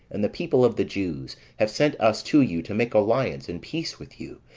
and the people of the jews, have sent us to you to make alliance and peace with you,